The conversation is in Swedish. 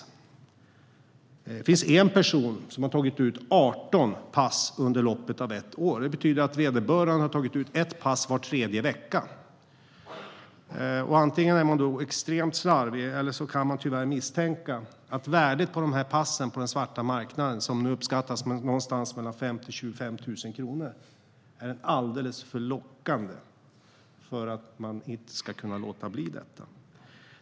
Det finns en person som har tagit ut 18 pass under loppet av ett år. Det betyder att vederbörande har tagit ut ett pass var tredje vecka. Antingen är personen extremt slarvig eller så kan man tyvärr misstänka att värdet på passen på den svarta marknaden, som nu uppskattas ligga någonstans mellan 5 000 och 25 000 kronor, är alldeles för lockande för att låta bli detta.